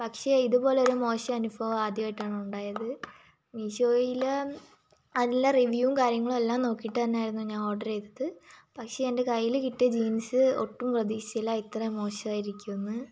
പക്ഷേ ഇതുപോലൊരു മോശം അനുഭവം ആദ്യമായിട്ടാണ് ഉണ്ടായത് മീശോയിൽ നല്ല റിവ്യൂവും കാര്യങ്ങളും എല്ലാം നോക്കിയിട്ട് തന്നെ ആയിരുന്നു ഞാൻ ഓഡർ ചെയ്തത് പക്ഷേ എൻ്റെ കയ്യിൽ കിട്ടിയ ജീൻസ് ഒട്ടും പ്രതീക്ഷിച്ചില്ല ഇത്രയും മോശമായിരിക്കും എന്ന്